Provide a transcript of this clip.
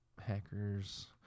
Hackers